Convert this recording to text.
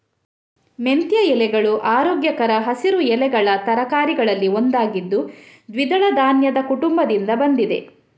ಮೆಂತ್ಯ ಎಲೆಗಳು ಆರೋಗ್ಯಕರ ಹಸಿರು ಎಲೆಗಳ ತರಕಾರಿಗಳಲ್ಲಿ ಒಂದಾಗಿದ್ದು ದ್ವಿದಳ ಧಾನ್ಯದ ಕುಟುಂಬದಿಂದ ಬಂದಿದೆ